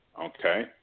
Okay